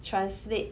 translate